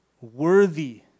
worthy